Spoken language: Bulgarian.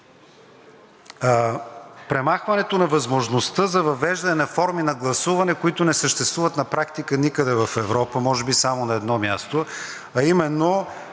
Премахването на възможността за въвеждане на форми на гласуване, които не съществуват на практика никъде в Европа, може би само на едно място, а именно